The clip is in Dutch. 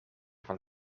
van